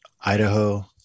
Idaho